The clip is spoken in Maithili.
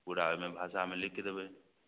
पूरा ओहिमे भाषामे लिखिके देबै